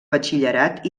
batxillerat